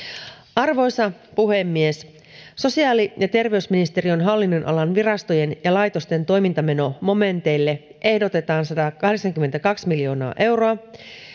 arvoisa puhemies sosiaali ja terveysministeriön hallinnonalan virastojen ja laitosten toimintamenomomenteille ehdotetaan satakahdeksankymmentäkaksi miljoonaa euroa